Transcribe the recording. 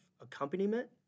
accompaniment